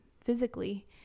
physically